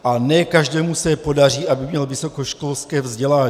A ne každému se podaří, aby měl vysokoškolské vzdělání.